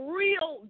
real